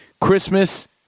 Christmas